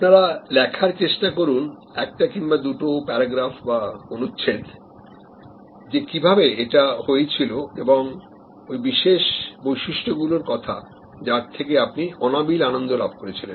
আপনারা লেখার চেষ্টা করুন একটা কিংবা দুটো প্যারাগ্রাফ বা অনুচ্ছেদ যে কিভাবে এটা হয়েছিল এবং ওই বিশেষ বৈশিষ্ট্য গুলোর কথা যার থেকে আপনি অনাবিল আনন্দ লাভ করেছিলেন